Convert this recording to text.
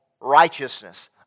righteousness